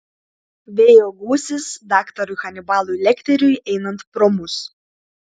vėjo gūsis daktarui hanibalui lekteriui einant pro mus